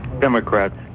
Democrats